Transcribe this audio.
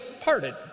parted